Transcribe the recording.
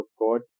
God